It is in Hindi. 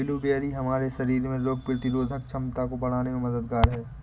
ब्लूबेरी हमारे शरीर में रोग प्रतिरोधक क्षमता को बढ़ाने में मददगार है